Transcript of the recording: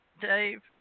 Dave